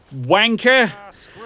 wanker